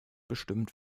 bestimmt